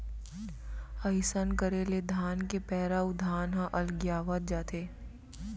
अइसन करे ले धान के पैरा अउ धान ह अलगियावत जाथे